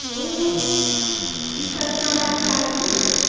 um because somebody's got to do it.